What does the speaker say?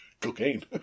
Cocaine